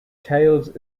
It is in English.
tails